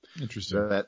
Interesting